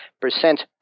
percent